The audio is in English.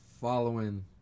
following